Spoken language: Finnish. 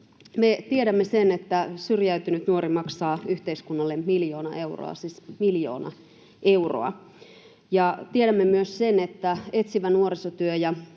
Me tiedämme sen, että syrjäytynyt nuori maksaa yhteiskunnalle miljoona euroa — siis miljoona euroa. Tiedämme myös sen, että etsivä nuorisotyö,